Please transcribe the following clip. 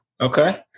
Okay